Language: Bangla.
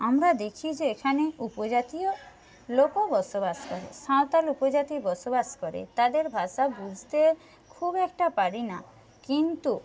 আমরা দেখি যে এখানে উপজাতীয় লোকও বসবাস করে সাঁওতাল উপজাতি বসবাস করে তাদের ভাষা বুঝতে খুব একটা পারি না কিন্তু